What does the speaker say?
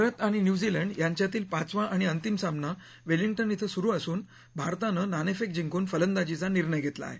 भारत आणि न्यूझीलंड यांच्यातील पाचवा आणि अंतिम सामना वेलिंग्टन क्वे सुरु असून भारतानं नाणेफेक जिंकून फलंदाजीचा निर्णय घेतला आहे